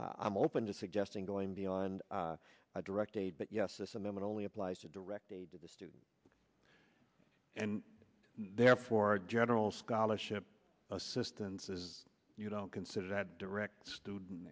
i'm open to suggesting going beyond a direct aid but yes system it only applies to direct aid to the student and therefore general scholarship assistance is you don't consider that direct student